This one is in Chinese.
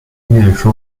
运输